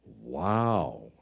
wow